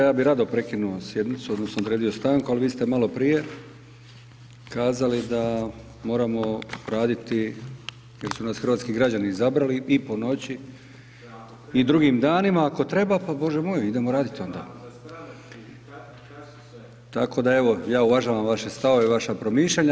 Ja bih rado prekinuo sjednicu, odnosno odredio stranku ali vi ste malo prije kazali da moramo raditi jer su nas hrvatski građani izabrali i po noći i drugim danima ako treba, pa Bože moj, idemo raditi onda. ... [[Upadica se ne čuje.]] Tako da evo ja uvažavam vaše stavove i vaša promišljanja.